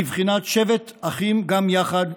בבחינת שבט אחים גם יחד,